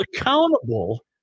accountable